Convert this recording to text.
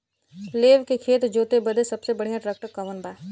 लेव के खेत जोते बदे सबसे बढ़ियां ट्रैक्टर कवन बा?